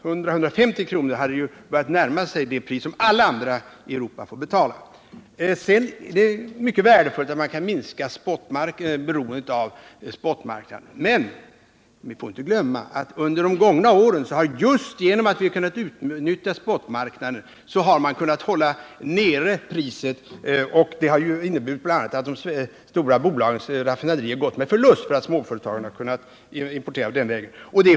eller 150 kr., hade man börjat närma sig de priser som alla andra i Europa betalar. Det är mycket värdefullt att man minskar beroendet av spot-marknaden, men vi får inte glömma att just därför att vi har kunnat utnyttja spotmarknaden har vi under de gångna åren kunnat hålla nere priserna, vilket bl.a. inneburit att de stora bolagens raffinaderier gått med förlust, eftersom småföretagen har kunnat importera den vägen.